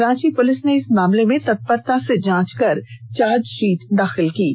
Ranchi police ने इस मामले में तत्परता से जांच कर चार्जपीट दाखिल किया था